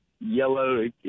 yellow